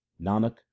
Nanak